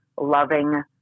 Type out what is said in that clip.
loving